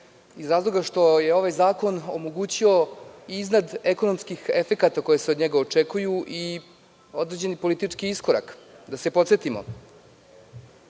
razloga što je ovaj zakon omogućio, iznad ekonomskih efekata koji se od njega očekuju, i određeni politički iskorak. Da se podsetimo. Realna